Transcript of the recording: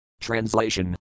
Translation